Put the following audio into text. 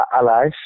alive